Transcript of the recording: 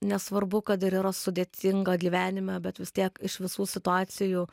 nesvarbu kad ir yra sudėtinga gyvenime bet vis tiek iš visų situacijų